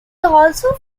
also